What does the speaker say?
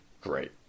great